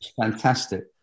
Fantastic